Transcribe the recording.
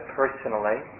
personally